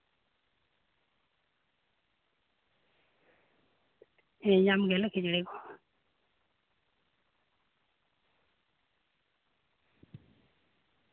ᱦᱮᱸ ᱧᱟᱢ ᱜᱮᱭᱟ ᱞᱮ ᱠᱷᱟᱹᱡᱟᱹᱲᱤ ᱠᱚᱦᱚᱸ